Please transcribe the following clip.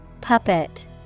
Puppet